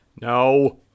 No